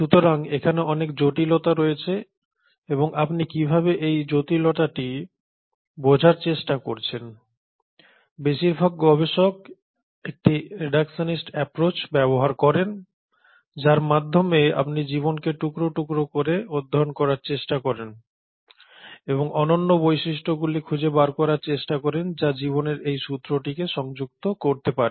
সুতরাং এখানে অনেক জটিলতা রয়েছে এবং আপনি কিভাবে এই জটিলতাটি বোঝার চেষ্টা করছেন বেশিরভাগ গবেষক একটি রেডাকশনিস্ট অ্যাপ্রচ ব্যবহার করেন যার মাধ্যমে আপনি জীবনকে টুকরো টুকরো করে অধ্যয়ন করার চেষ্টা করেন এবং অনন্য বৈশিষ্ট্যগুলি খুঁজে বার করার চেষ্টা করেন যা জীবনের এই সূত্রটিকে সংযুক্ত করতে পারে